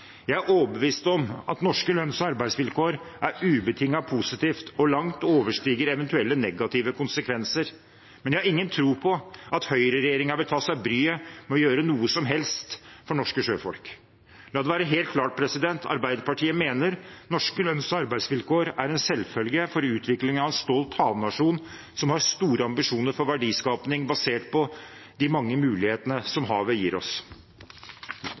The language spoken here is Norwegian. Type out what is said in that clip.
Jeg er overbevist om at norske lønns- og arbeidsvilkår er ubetinget positivt og langt overstiger eventuelle negative konsekvenser. Men jeg har ingen tro på at høyreregjeringen vil ta seg bryet med å gjøre noe som helst for norske sjøfolk. La det være helt klart: Arbeiderpartiet mener at norske lønns- og arbeidsvilkår er en selvfølge for utvikling av en stolt havnasjon som har store ambisjoner for verdiskaping basert på de mange mulighetene som havet gir oss.